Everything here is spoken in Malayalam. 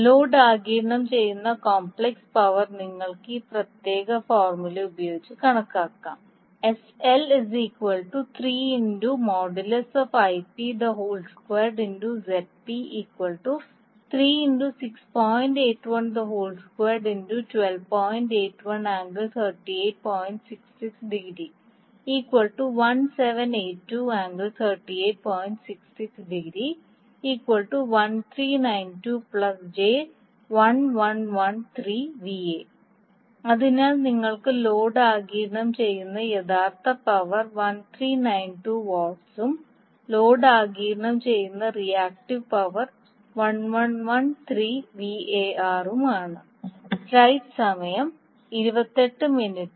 ലോഡ് ആഗിരണം ചെയ്യുന്ന കോംപ്ലക്സ് പവർ നിങ്ങൾക്ക് ഈ പ്രത്യേക ഫോർമുല ഉപയോഗിച്ച് കണക്കാക്കാം അതിനാൽ നിങ്ങൾക്ക് ലോഡ് ആഗിരണം ചെയ്യുന്ന യഥാർത്ഥ പവർ 1392 വാട്ട്സും ലോഡ് ആഗിരണം ചെയ്യുന്ന റിയാക്ടീവ് പവർ 1113 VAR ഉം ആണ്